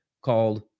called